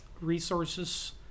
resources